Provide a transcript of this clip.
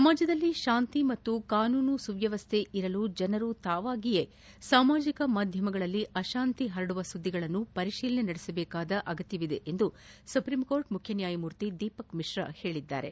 ಸಮಾಜದಲ್ಲಿ ಶಾಂತಿ ಮತ್ತು ಕಾನೂನು ಸುವ್ಲವಸ್ಥೆ ಇರಲು ಜನರು ತಾವಾಗಿಯೇ ಸಾಮಾಜಿಕ ಮಾಧ್ಯಮಗಳಲ್ಲಿ ಅಶಾಂತಿ ಪರಡುವ ಸುದ್ಲಿಗಳನ್ನು ಪರಿತೀಲನೆ ನಡೆಸಬೇಕಾದ ಅಗತ್ತವಿದೆ ಎಂದು ಸುಪ್ರೀಂಕೋರ್ಟ್ ಮುಖ್ಯ ನ್ನಾಯಮೂರ್ತಿ ದೀಪಕ್ ಮಿಶ್ರಾ ಹೇಳಿದ್ದಾರೆ